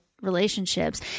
relationships